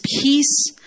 peace